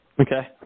Okay